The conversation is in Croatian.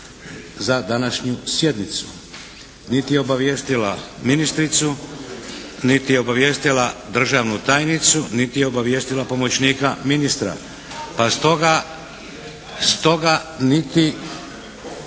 za današnju sjednicu, niti je obavijestila ministricu, niti je obavijestila državnu tajnicu, niti je obavijestila pomoćnika ministra, pa stoga niti, stoga niti